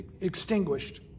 extinguished